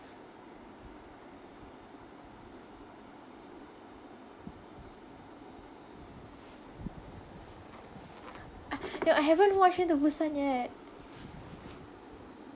ah no I haven't watch train to busan yet